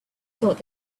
thought